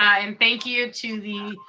and thank you to the,